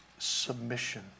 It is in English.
submission